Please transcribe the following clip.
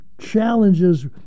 challenges